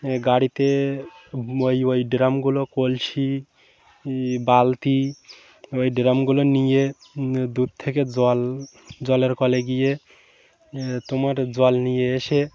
গাড়িতে ওই ওই ড্রামগুলো কলসি বালতি ওই ড্রামগুলো নিয়ে দূর থেকে জল জলের কলে গিয়ে তোমার জল নিয়ে এসে